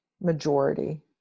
majority